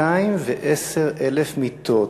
210,000 מיטות.